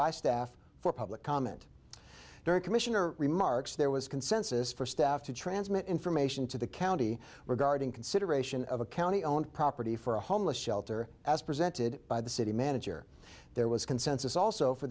by staff for public comment during commissioner remarks there was consensus for staff to transmit information to the county regarding consideration of a county owned property for a homeless shelter as presented by the city manager there was consensus also for